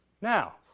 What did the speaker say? Now